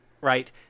right